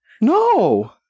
No